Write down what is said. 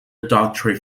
doctorate